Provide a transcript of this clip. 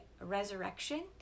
resurrection